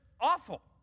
awful